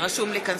רשום לי כאן.